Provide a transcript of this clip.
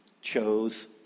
chose